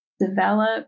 Develop